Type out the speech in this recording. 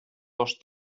dos